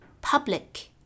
public